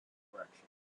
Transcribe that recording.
directions